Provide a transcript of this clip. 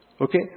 Okay